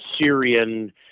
Syrian